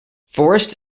forest